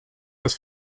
das